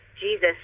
jesus